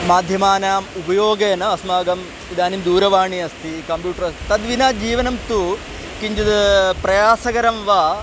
माध्यमानाम् उपयोगेन अस्माकम् इदानीं दूरवाणी अस्ति कम्प्यूटर् अस्ति तद्विना जीवनं तु किञ्चिद् प्रयासकरं वा